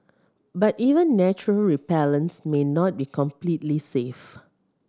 but even natural repellents may not be completely safe